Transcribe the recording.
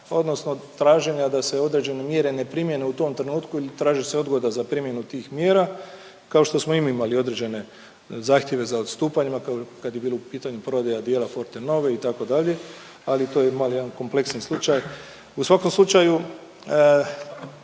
odnosno traženja da se određene mjere ne primjene u tom trenutku ili traži se odgoda za primjenu tih mjera, kao što smo i mi imali određene zahtjeve za odstupanjima kad je bilo u pitanju prodaja dijela Fortenove itd., ali to je mali jedan kompleksni slučaj. U svakom slučaju